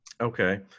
Okay